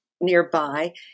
nearby